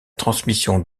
transmission